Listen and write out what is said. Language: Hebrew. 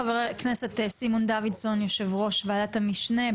חבר הכנסת סימון דוידסון יושב-ראש ועדת המשנה.